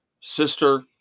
sister